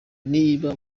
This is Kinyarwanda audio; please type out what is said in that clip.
niba